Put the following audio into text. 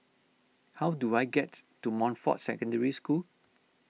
how do I get to Montfort Secondary School